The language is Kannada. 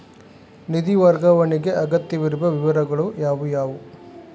ನಿಧಿ ವರ್ಗಾವಣೆಗೆ ಅಗತ್ಯವಿರುವ ವಿವರಗಳು ಯಾವುವು?